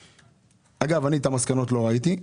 אגב, אני את המסקנות לא ראיתי.